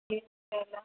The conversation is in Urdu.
جی شُکریہ